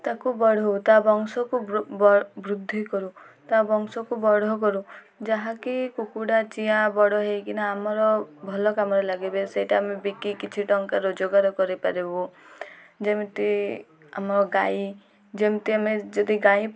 ତାକୁ ବଢ଼ାଉ ତା ବଂଶକୁ ବୃଦ୍ଧି କରୁ ତା ବଂଶକୁ ବଢ଼ କରୁ ଯାହାକି କୁକୁଡ଼ା ଚିଆଁ ବଡ଼ ହେଇକିନା ଆମର ଭଲ କାମରେ ଲାଗିବେ ସେଇଟା ଆମେ ବିକି କିଛି ଟଙ୍କା ରୋଜଗାର କରିପାରିବୁ ଯେମିତି ଆମ ଗାଈ ଯେମିତି ଆମେ ଯଦି ଗାଈ